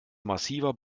massiver